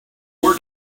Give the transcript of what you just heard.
war